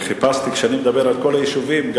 כשאני מדבר על כל היישובים,